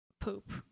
poop